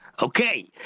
Okay